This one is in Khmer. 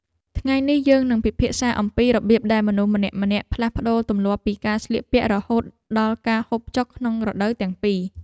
ថ្ងៃនេះយើងនឹងពិភាក្សាអំពីរបៀបដែលមនុស្សម្នាក់ៗផ្លាស់ប្តូរទម្លាប់ពីការស្លៀកពាក់រហូតដល់ការហូបចុកក្នុងរដូវទាំងពីរ។